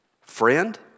Friend